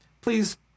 Please